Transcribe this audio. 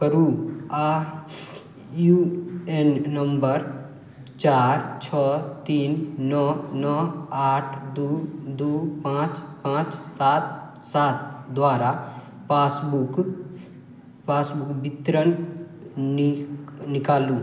करू आ U N number चारि छओ तीन नओ नओ आठ दू दू पाँच पाँच सात सात द्वारा पासबुक पासबुक वितरण निकालु